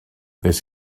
nes